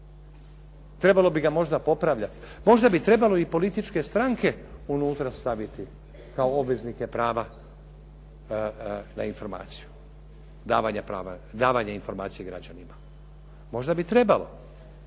Trebalo bi ga možda popravljati. Možda bi trebalo i političke stranke unutra staviti kao obveznike prava na informaciju, davanje informacije građanima. Možda bi trebalo,